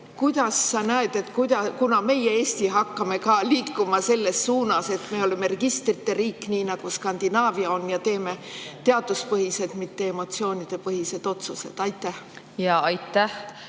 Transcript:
Kuidas sa näed, kunas Eesti hakkab ka liikuma selles suunas, et me oleme registrite riik, nii nagu Skandinaavias on, ja teeme teaduspõhiseid, mitte emotsioonidepõhiseid otsuseid? Aitäh, väga